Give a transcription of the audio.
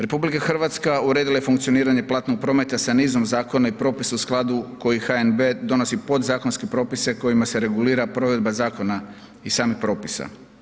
RH uredila je funkcioniranje platnog prometa sa nizom zakona i propisa u skladu koji HNB donosi podzakonske propise kojima se regulira provedba zakona i samih propisa.